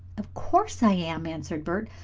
of course i am, answered bert.